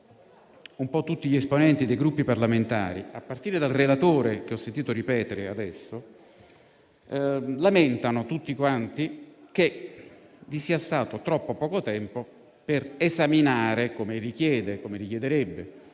un po' tutti gli esponenti dei Gruppi parlamentari, a partire dal relatore (che ho sentito ripetere adesso questo concetto), lamentano che vi sia stato troppo poco tempo per esaminare il testo, come richiederebbe